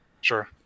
Sure